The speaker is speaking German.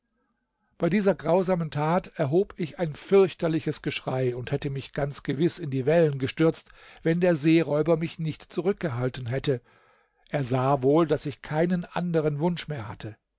bei dieser grausamen tat erhob ich ein fürchterliches geschrei und hätte mich ganz gewiß in die wellen gestürzt wenn der seeräuber mich nicht zurückgehalten hätte er sah wohl daß ich keinen anderen wunsch mehr hatte